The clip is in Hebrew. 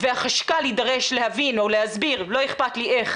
והחשכ"ל יידרש להבין או להסביר, לא אכפת לי איך